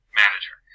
manager